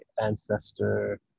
ancestor